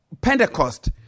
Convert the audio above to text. Pentecost